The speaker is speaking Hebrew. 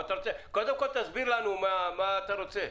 קודם כול, תסביר לנו מה אתה רוצה.